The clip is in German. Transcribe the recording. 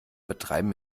betreiben